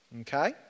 Okay